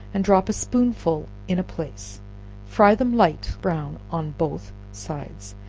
and drop a spoonful in a place fry them light brown on both sides,